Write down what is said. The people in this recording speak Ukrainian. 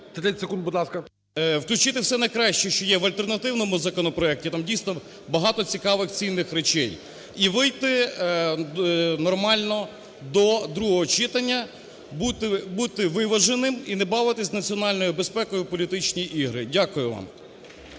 Включити все найкраще, що є в альтернативному законопроекті, там дійсно багато цікавих цінних речей. І вийти нормально до другого читання, бути виваженим і не бавитись національною безпекою в політичні ігри. Дякую вам.